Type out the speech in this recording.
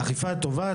האכיפה היא טובה,